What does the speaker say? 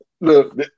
Look